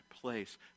place